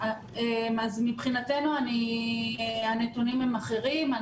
מבחינתנו הנתונים הם אחרים.